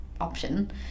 option